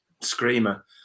screamer